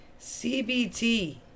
CBT